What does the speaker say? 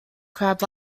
crab